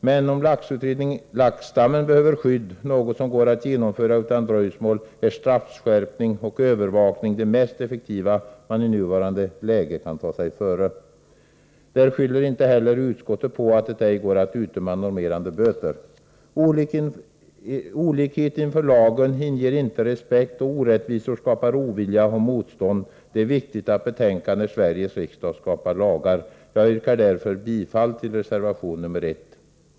Men om laxstammen behöver skydd är straffskärpning och övervakning det mest effektiva man i nuvarande läge kan ta sig före, och det är något som går att genomföra utan dröjsmål. Där skyller inte heller utskottet på att det ej går att utdöma normerade böter. Olikhet inför lagen inger inte respekt, och orättvisor skapar ovilja och motstånd. Det är viktigt att betänka när Sveriges riksdag stiftar lagar. Jag yrkar därför bifall till reservation 1.